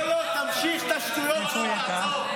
לא, לא, תמשיך את השטויות שלך.